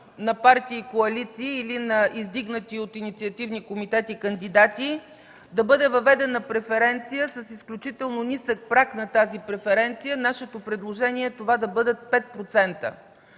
на партии и коалиции или на издигнати от инициативни комитети кандидати, да бъде въведена преференция с изключително нисък праг. Нашето предложение е това да бъдат 5%.